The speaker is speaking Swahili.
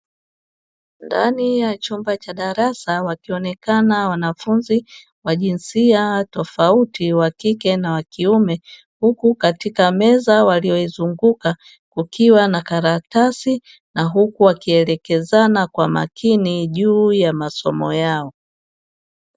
Ndani ya chumba cha darasa wakionekana wanafunzi wa jinsia tofauti wa kike na wa kiume. Huku katika meza waliyoizunguka kukiwa na karatasi na huku wakielekezana kwa makini juu ya masomo yao.